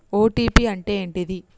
OTP అంటే ఏంటిది?